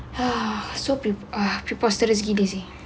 a'ah so pre~ preposterous gila pergi beijing